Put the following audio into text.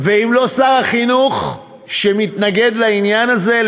ואם שר החינוך לא מתנגד לעניין הזה,